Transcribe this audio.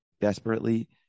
desperately